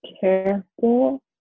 careful